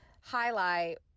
highlight